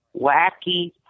wacky